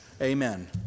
Amen